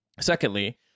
Secondly